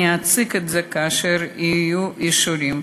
אני אציג את זה כאשר יהיו אישורים.